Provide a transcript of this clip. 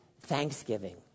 thanksgiving